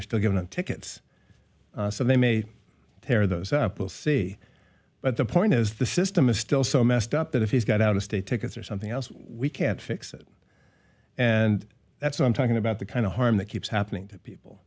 you're still getting tickets so they made their those up we'll see but the point is the system is still so messed up that if he's got out of state tickets or something else we can't fix it and that's why i'm talking about the kind of harm that keeps happening to people